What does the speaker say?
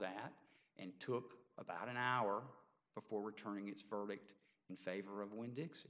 that and took about an hour before returning its verdict in favor of wind dixie